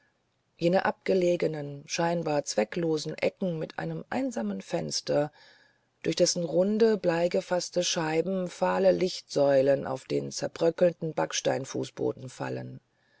jene abgelegenen scheinbar zwecklosen ecken mit einem einsamen fenster durch dessen runde bleigefaßte scheiben fahle lichtsäulen auf den zerbröckelnden backsteinfußboden fallen